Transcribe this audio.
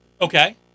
Okay